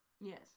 Yes